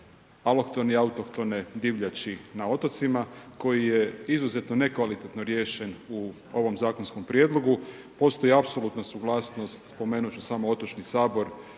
alohtone i autohtone divljači na otocima koji je izuzetno ne kvalitetno riješen u ovom zakonskom prijedlogu. Postoji apsolutna suglasnost, spomenut ću samo Otočni sabor,